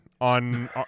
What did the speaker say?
on